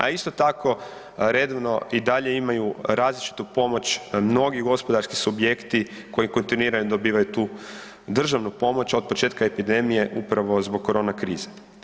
A isto tako redovno i dalje imaju različitu pomoć mnogih gospodarski subjekti koji kontinuirano dobivaju tu državnu pomoć od početka epidemije upravo zbog korona krize.